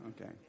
Okay